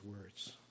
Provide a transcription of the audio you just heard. words